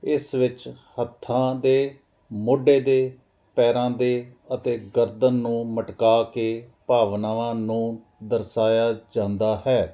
ਇਸ ਵਿੱਚ ਹੱਥਾਂ ਦੇ ਮੋਢੇ ਦੇ ਪੈਰਾਂ ਦੇ ਅਤੇ ਗਰਦਨ ਨੂੰ ਮਟਕਾ ਕੇ ਭਾਵਨਾਵਾਂ ਨੂੰ ਦਰਸਾਇਆ ਜਾਂਦਾ ਹੈ